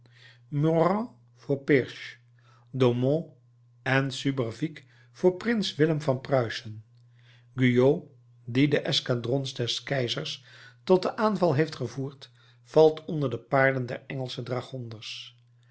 voor pirch domon en subervic voor prins willem van pruisen guyot die de escadrons des keizers tot den aanval heeft gevoerd valt onder de paarden der engelsche dragonders